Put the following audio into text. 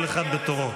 כל אחד בתורו.